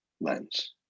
lens